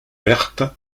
verte